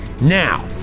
Now